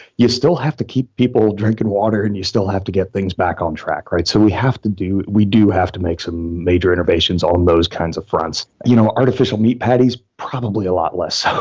you still have to keep people drinking water and you still have to get things back on track. so we have to do we do have to make some major innovations on those kinds of fronts. you know artificial meat patties, probably a lot less,